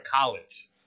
college